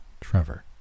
Trevor